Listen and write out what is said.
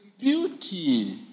beauty